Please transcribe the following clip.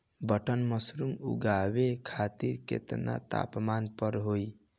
Button mushroom उगावे खातिर केतना तापमान पर होई?